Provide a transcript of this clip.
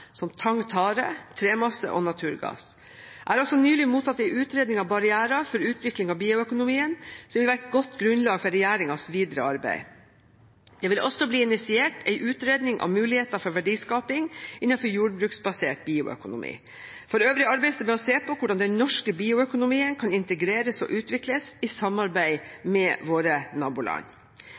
som tang og tare, tremasse og naturgass. Jeg har også nylig mottatt en utredning av barrierer for utvikling av bioøkonomien, som vil være et godt grunnlag for regjeringens videre arbeid. Det vil også bli initiert en utredning av muligheter for verdiskaping innenfor jordbruksbasert bioøkonomi. For øvrig arbeides det med å se på hvordan den norske bioøkonomien kan integreres og utvikles i samarbeid med våre naboland.